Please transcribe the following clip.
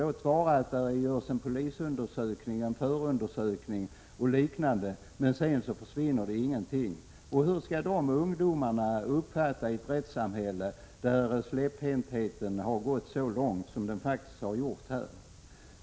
Låt vara att det görs en polisundersökning, en förundersökning eller liknande, men sedan försvinner det hela och ingenting blir gjort. Hur skall ungdomarna uppfatta ett rättssamhälle där släpphäntheten har gått så långt som den faktiskt har gjort här?